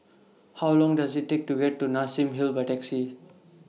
How Long Does IT Take to get to Nassim Hill By Taxi